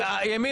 מלא,